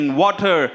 water